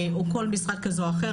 או כל משרד כזה או אחר,